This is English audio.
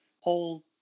whole